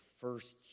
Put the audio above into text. first